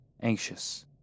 anxious